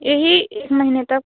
यही एक महीने तक